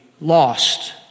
lost